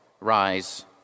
Rise